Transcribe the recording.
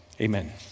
Amen